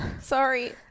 Sorry